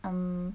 um